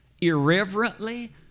irreverently